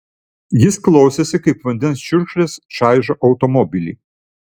jis klausėsi kaip vandens čiurkšlės čaižo automobilį